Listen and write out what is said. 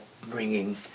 bringing